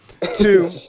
two